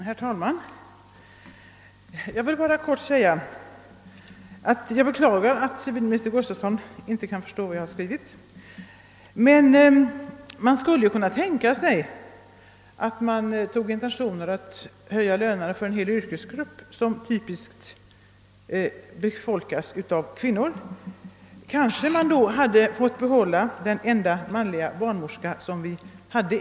Herr talman! Jag vill bara säga att jag beklagar att civilminister Gustafsson inte kan förstå vad jag har skrivit. Man skulle ju ändå t.ex. kunna tänka sig ett initiativ för att höja lönerna för en hel yrkesgrupp som huvudsakligen rekryteras bland kvinnor. Hade man tagit sådana initiativ hade man kanske ett litet tag fått behålla den enda svenska manliga barnmorska vi haft.